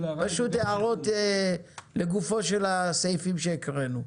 הערות לגופם של הסעיפים שקראנו.